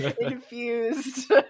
infused